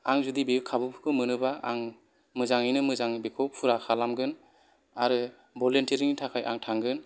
आं जुदि बे खाबुफोरखौ मोनोबा आं मोजाङैनो मोजां बेखौ फुरा खालामगोन आरो भलुन्टियारिंनि थाखाय आं थांगोन